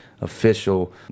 official